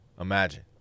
Imagine